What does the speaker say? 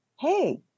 hey